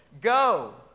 Go